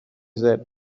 said